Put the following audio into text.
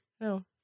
no